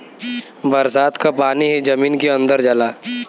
बरसात क पानी ही जमीन के अंदर जाला